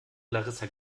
larissa